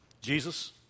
Jesus